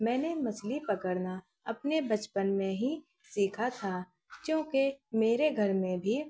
میں نے مچھلی پکڑنا اپنے بچپن میں ہی سیکھا تھا چونکہ میرے گھر میں بھی